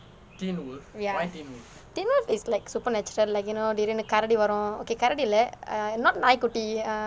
ya teen wolf is like supernatural like you know they திடிர்னு கரடி வரும்:thidirnu karadi varum okay கரடி இல்லை:karadi illai ah not நாய் குட்டி:naai kutti